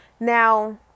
Now